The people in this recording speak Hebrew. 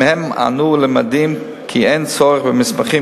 שמסיתים נגדם,